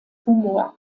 humor